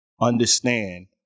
Understand